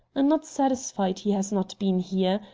i'm not satisfied he has not been here.